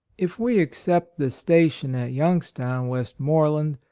if we except the station at youngs town, westmoreland,